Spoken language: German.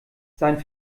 sein